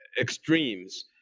extremes